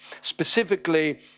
Specifically